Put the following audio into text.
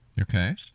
Okay